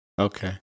Okay